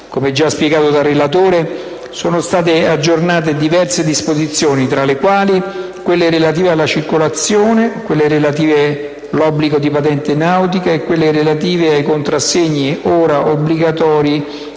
Come già spiegato dal relatore, sono state aggiornate diverse disposizioni tra le quali quelle relative alla circolazione, quelle riguardanti l'obbligo di patente nautica e quelle relative ai contrassegni, ora obbligatori